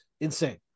Insane